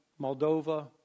Moldova